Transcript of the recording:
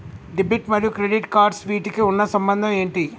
Debit మరియు credit cards వీటికి ఉన్న సంబంధం ఏంటి?